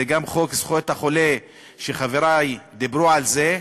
זה גם חוק זכויות החולה, וחברי דיברו על זה,